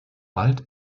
bald